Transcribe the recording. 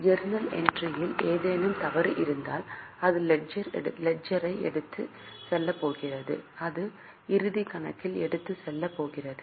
journal என்ட்ரியில் ஏதேனும் தவறு இருந்தால் அது லெட்ஜரில் எடுத்துச் செல்லப் போகிறது அது இறுதிக் கணக்கில் எடுத்துச் செல்லப் போகிறது